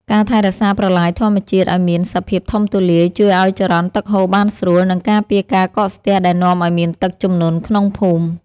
ការថែរក្សាប្រឡាយធម្មជាតិឱ្យមានសភាពធំទូលាយជួយឱ្យចរន្តទឹកហូរបានស្រួល និងការពារការកកស្ទះដែលនាំឱ្យមានទឹកជំនន់ក្នុងភូមិ។